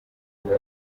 buryo